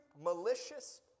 malicious